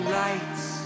lights